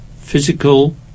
physical